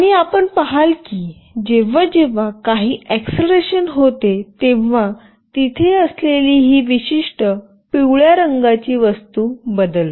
आणि आपण पहाल की जेव्हा जेव्हा काही एक्सेलेरेशन होते तेव्हा तिथे असलेली ही विशिष्ट पिवळ्या रंगाची वस्तू बदलते